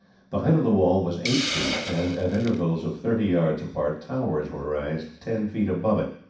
the height of the wall was eight feet, and at intervals of thirty yards apart towers were raised ten feet above it,